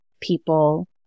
people